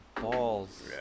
balls